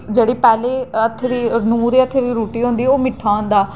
जेह्ड़ी पैह्ली अत्थरी नूंह् दे हत्थें दी रुट्टी होंदी ओह् मिट्ठा होंदा